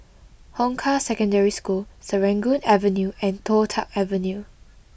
Hong Kah Secondary School Serangoon Avenue and Toh Tuck Avenue